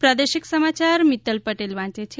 પ્રાદેશિક સમાચાર મિત્તલ પટેલ વાંચે છે